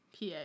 pa